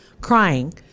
crying